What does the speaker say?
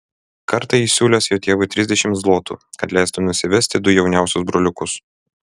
kartą jis siūlęs jo tėvui trisdešimt zlotų kad leistų nusivesti du jauniausius broliukus